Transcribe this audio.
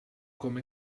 com